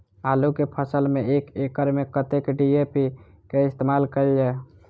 आलु केँ फसल मे एक एकड़ मे कतेक डी.ए.पी केँ इस्तेमाल कैल जाए?